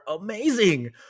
amazing